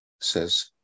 Says